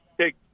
take